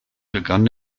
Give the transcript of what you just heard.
begann